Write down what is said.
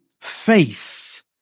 faith